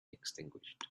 extinguished